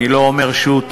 אני לא אומר שהוא,